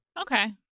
Okay